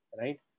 right